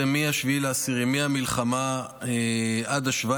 מ-7 באוקטובר, מהמלחמה, עד 17